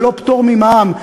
ולא פטור ממע"מ,